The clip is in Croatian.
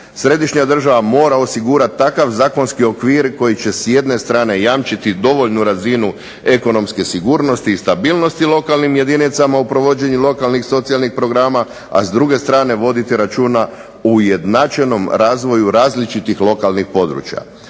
Središnja država mora osigurati takav zakonski okvir koji će s jedne strane jamčiti dovoljnu razinu ekonomske sigurnosti i stabilnosti lokalnim jedinicama u provođenju lokalnih socijalnih programa, a s druge strane voditi računa ujednačenom razvoju različitih lokalnih područja.